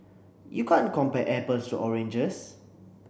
you can't compare apples to oranges